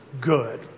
good